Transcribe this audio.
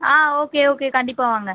ஆ okay okay கண்டிப்பாக வாங்க